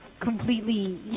Completely